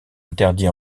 interdit